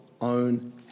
own